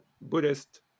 Buddhist